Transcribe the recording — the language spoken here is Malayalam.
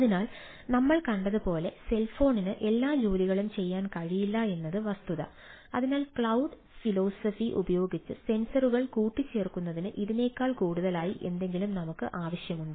അതിനാൽ നമ്മൾ കണ്ടതുപോലെ സെൽഫോണിന് കൂട്ടിച്ചേർക്കുന്നതിന് ഇതിനേക്കാൾ കൂടുതലായി എന്തെങ്കിലും നമുക്ക് ആവശ്യമുണ്ട്